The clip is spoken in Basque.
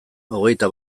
hogeita